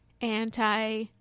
anti